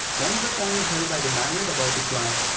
once the coin is held by the magnet above the glass,